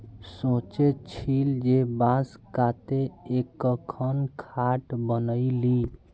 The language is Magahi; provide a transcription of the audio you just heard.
सोचे छिल जे बांस काते एकखन खाट बनइ ली